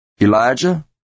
Elijah